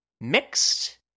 mixed